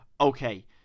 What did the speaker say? Okay